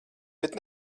bet